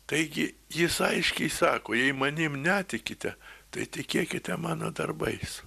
taigi jis aiškiai sako jei manim netikite tai tikėkite mano darbais